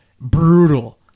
brutal